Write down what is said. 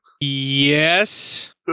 Yes